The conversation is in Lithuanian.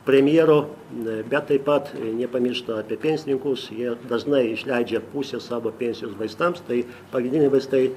premjero darbe taip pat nepamiršta apie pensininkus jie dažnai išleidžia pusę savo pėnsijos vaistams tai pagrindiniai vaistai